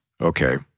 Okay